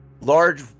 large